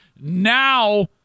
Now